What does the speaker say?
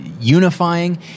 unifying